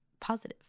positive